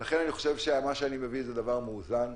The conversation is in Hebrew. לכן, אני חושב שמה שאני מבין הוא דבר מאוזן.